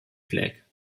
flag